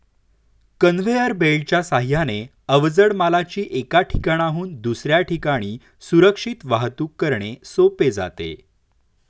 conveyor बेल्टच्या साहाय्याने अवजड मालाची एका ठिकाणाहून दुसऱ्या ठिकाणी सुरक्षित वाहतूक करणे सोपे जाते